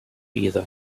either